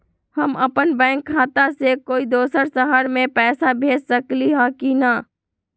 हम अपन बैंक खाता से कोई दोसर शहर में पैसा भेज सकली ह की न?